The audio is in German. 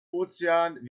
ozean